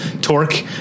Torque